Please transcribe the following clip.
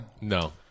No